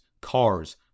cars